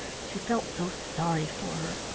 she felt so sorry for